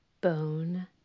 bone